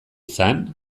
izan